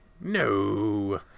No